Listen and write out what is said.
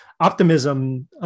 optimism